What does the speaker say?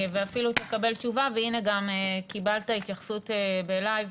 אוקיי ואפילו תקבל תשובה והנה גם קיבלת התייחסות בלייב.